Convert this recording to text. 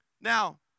Now